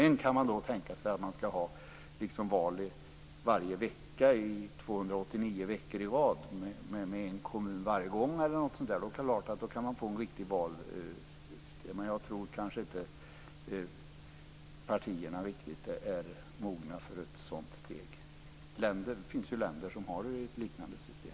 Man kan möjligen tänka sig att man ska ha val varje vecka i 289 veckor i rad med en kommun varje gång. Men jag tror inte att partierna är riktigt mogna för ett sådant steg. Det finns ju länder som har ett liknande system.